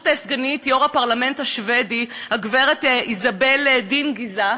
סגנית יושב-ראש הפרלמנט השבדי הגברת איזבל דינגיזיאן,